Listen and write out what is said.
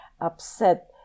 upset